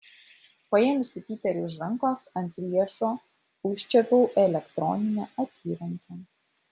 paėmusi piterį už rankos ant riešo užčiuopiau elektroninę apyrankę